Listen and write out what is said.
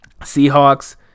Seahawks